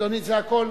אדוני, זה הכול?